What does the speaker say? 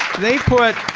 they put